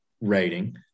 rating